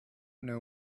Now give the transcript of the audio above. know